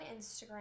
Instagram